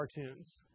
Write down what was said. cartoons